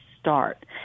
start